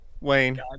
Wayne